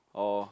or